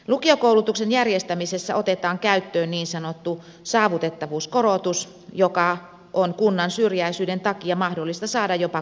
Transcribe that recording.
lukiokoulutuksen järjestämisessä otetaan käyttöön niin sanottu saavutettavuuskorotus joka on kunnan syrjäisyyden takia mahdollista saada jopa korotettuna